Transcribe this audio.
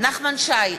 נחמן שי,